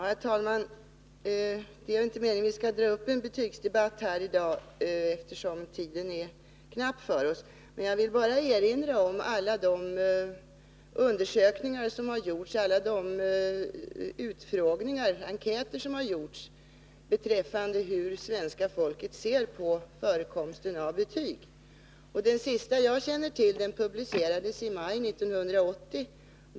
Herr talman! Det är inte meningen att vi skall ta upp en betygsdebatt i dag, eftersom tiden är knapp. Jag vill bara erinra om alla de undersökningar och utfrågningar, enkäter, som har gjorts om svenska folkets syn på förekomsten av betyg. Den senaste undersökning som jag känner till gjordes av SIFO och publicerades i maj 1980.